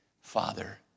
Father